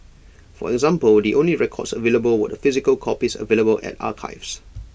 for example the only records available were the physical copies available at archives